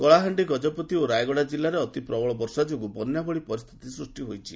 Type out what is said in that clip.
କଳାହାଣ୍ଡି ଗଜପତି ଓ ରାୟଗଡ଼ା ଜିଲ୍ଲାରେ ଅତି ପ୍ରବଳ ବର୍ଷା ଯୋଗୁଁ ବନ୍ୟା ଭଳି ପରିସ୍କିତି ସୃଷି ହୋଇଛି